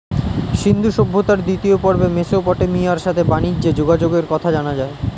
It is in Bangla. সিন্ধু সভ্যতার দ্বিতীয় পর্বে মেসোপটেমিয়ার সাথে বানিজ্যে যোগাযোগের কথা জানা যায়